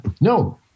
No